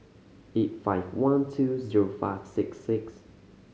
eight five one two zero five six six